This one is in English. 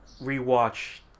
rewatch